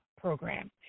program